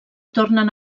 tornen